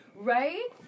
Right